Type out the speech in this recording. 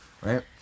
Right